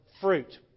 fruit